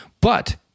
But-